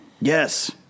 Yes